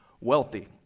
wealthy